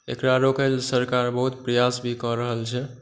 एकरा रोकै लए सरकार बहुत प्रयास भी कऽ रहल छै